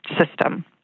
system